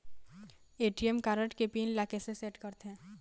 ATM card के pin ला कैसे सेट करथे?